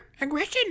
aggression